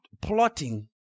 plotting